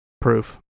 proof